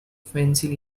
fancy